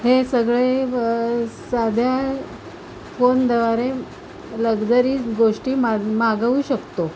हे सगळे साध्या फोनद्वारे लग्जरी गोष्टी माग मागवू शकतो